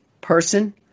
person